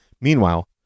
Meanwhile